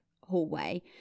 hallway